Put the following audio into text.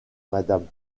madame